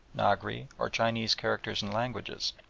nagri, or chinese characters and languages,